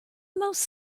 most